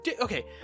okay